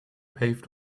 paved